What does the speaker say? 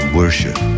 worship